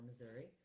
Missouri